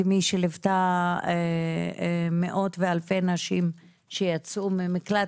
כמי שליוותה מאות ואלפי נשים שיצאו ממקלט,